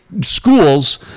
schools